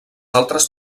altres